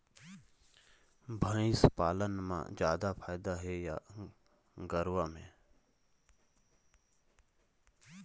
भंइस पालन म जादा फायदा हे या गरवा में?